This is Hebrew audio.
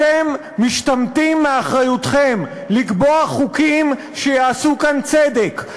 אתם משתמטים מאחריותכם לקבוע חוקים שיעשו כאן צדק,